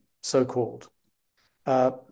so-called